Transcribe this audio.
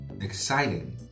exciting